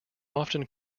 often